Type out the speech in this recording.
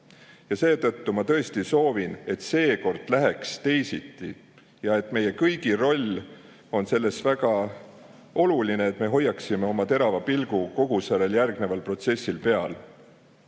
on täitmata. Ma tõesti soovin, et seekord läheks teisiti. Meie kõigi roll on väga oluline, et me hoiaksime oma terava pilgu kogu järgneval protsessil peal.